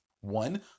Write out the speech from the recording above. One